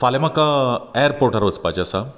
फाल्यां म्हाका एयरपोर्टार वचपाचें आसा